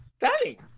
Daddy